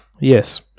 yes